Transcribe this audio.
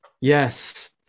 Yes